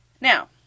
Now